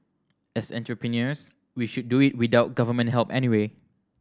as entrepreneurs we should do it without Government help anyway